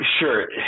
Sure